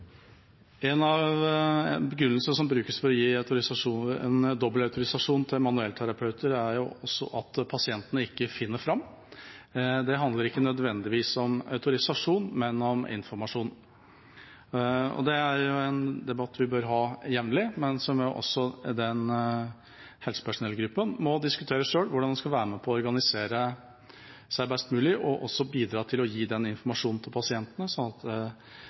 En av begrunnelsene som brukes for å gi en dobbeltautorisasjon til manuellterapeuter, er at pasientene ikke finner fram. Det handler ikke nødvendigvis om autorisasjon, men om informasjon. Det er jo en debatt vi bør ha jevnlig, men den helsepersonellgruppen må selv diskutere hvordan en skal være med på å organisere seg best mulig, og også bidra til å gi den informasjonen til pasientene sånn at